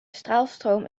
straalstroom